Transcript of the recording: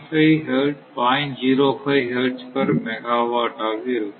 05 hertz per megawatt ஆக இருக்கும்